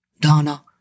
Donna